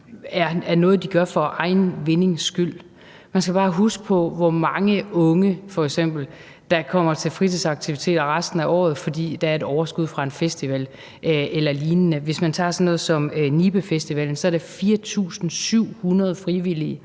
er noget, som de gør for egen vindings skyld. Man skal f.eks. bare huske på, hvor mange unge der kommer til fritidsaktiviteter resten af året, fordi der er et overskud fra en festival eller lignende. Hvis man tager sådan noget som Nibe Festival, er der 4.700 frivillige.